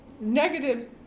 negative